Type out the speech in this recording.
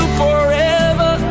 forever